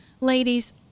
ladies